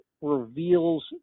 reveals